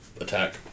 attack